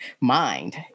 mind